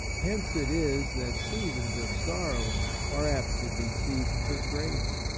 hence it is that seasons of sorrow are apt to be seasons of grace.